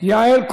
מי רשום